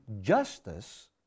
justice